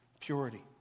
purity